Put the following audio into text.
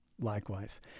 Likewise